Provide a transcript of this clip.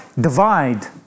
divide